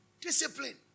Discipline